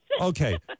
Okay